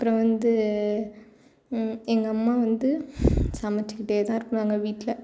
அப்புறம் வந்து எங்கள் அம்மா வந்து சமைத்துக்கிட்டே தான் இருப்பாங்க வீட்டில்